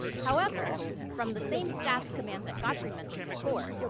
however, from the same stats command that godfrey mentioned before,